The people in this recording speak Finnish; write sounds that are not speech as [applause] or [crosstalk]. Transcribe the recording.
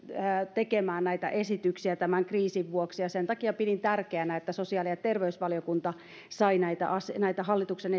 tekemään näitä esityksiä tämän kriisin vuoksi ja sen takia pidin tärkeänä että sosiaali ja terveysvaliokunta sai näitä hallituksen [unintelligible]